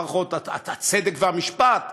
מערכות הצדק והמשפט,